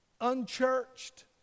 unchurched